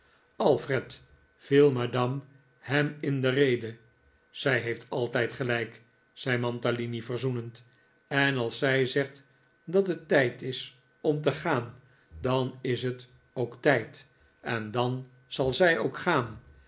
alfred viel madame hem in de rede zij heeft altijd gelijk zei mantalini verzoenend en als zij zegt dat het tijd is om te gaan dan is het ook tijd en dan zal zij ook gaan